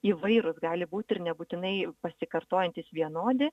įvairūs gali būti ir nebūtinai pasikartojantys vienodi